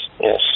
yes